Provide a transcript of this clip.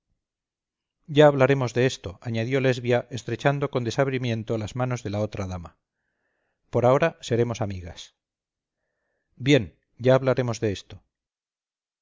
ya hablaremos de esto añadió lesbia estrechando con desabrimiento las manos de la otra dama por ahora seremos amigas bien ya hablaremos de esto